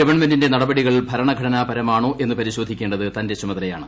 ഗവൺമെന്റിന്റെ നടപടികൾ ഭരണഘടനാപരമാണോ എന്ന് പരിശോധിക്കേണ്ടത് തന്റെ ചുമതലയാണ്